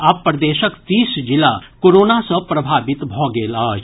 आब प्रदेशक तीस जिला कोरोना सँ प्रभावित भऽ गेल अछि